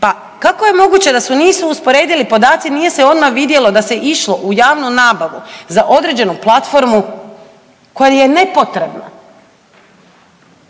Pa kako je moguće da se nisu usporedili podaci, nije se odmah vidjelo da se išlo u javnu nabavu za određenu platformu koja je nepotrebna